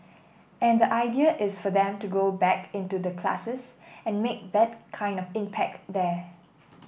and the idea is for them to go back into the classes and make that kind of impact there